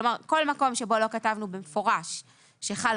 כלומר כל מקום שבו לא כתבנו במפורש שחל